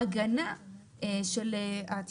ה-5 באוקטובר 2021,